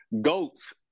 goats